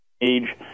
age